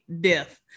Death